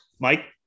Mike